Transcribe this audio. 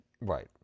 right